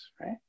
right